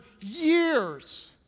years